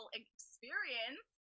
experience